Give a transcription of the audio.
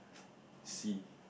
see